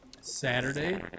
Saturday